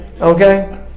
Okay